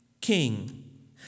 king